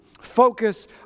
Focus